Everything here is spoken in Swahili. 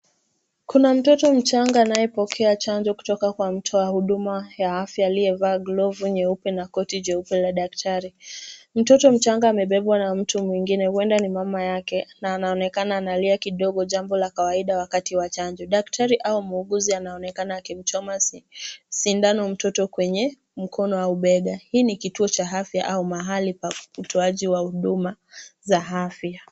Kuna mtoto mchanga anayepokea chanjo kutoka kwa mtoa huduma wa afya aliyevaa glovu nyeupe na koti jeupe la daktari. Mtoto mchanga amebebwa na mtu mwingine, huenda ni mama yake, na anaonekana analia kidogo — jambo la kawaida wakati wa chanjo. Daktari au muuguzi anaonekana akimchoma sindano mtoto kwenye mkono au bega. Hii ni katika kituo cha afya au mahali pa utoaji wa huduma za afya.